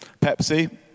Pepsi